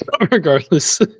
Regardless